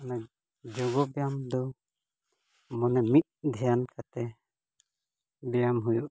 ᱚᱱᱟ ᱡᱳᱜ ᱵᱮᱭᱟᱢ ᱫᱚ ᱢᱚᱱᱮ ᱢᱤᱫ ᱫᱷᱮᱭᱟᱱ ᱠᱟᱛᱮ ᱵᱮᱭᱟᱢ ᱦᱩᱭᱩᱜᱼᱟ